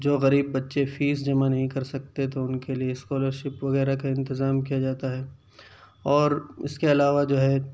جو غریب بچے فیس جمع نہیں کر سکتے تو ان کے لیے اسکالرشپ وغیرہ کا انتظام کیا جاتا ہے اور اس کے علاوہ جو ہے